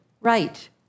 Right